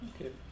Okay